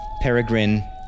Peregrine